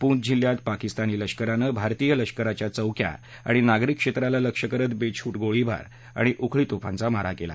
पूछ जिल्ह्यात पाकिस्तानी लष्करानं भारतीय लष्कराच्या चौक्या आणि नागरी क्षेत्राला लक्ष्य करत बेष्ट्रा गोळीबार आणि उखळी तोफांचा मारा केला